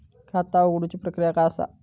खाता उघडुची प्रक्रिया काय असा?